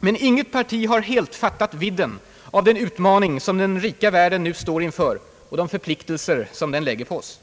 Men inget parti har helt fattat vidden av den utmaning som den rika världen nu står inför och de förpliktelser den lägger på oss.